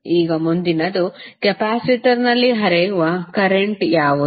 ಈಗ ಮುಂದಿನದು ಕೆಪಾಸಿಟರ್ನಲ್ಲಿ ಹರಿಯುವ ಕರೆಂಟ್ ಯಾವುದು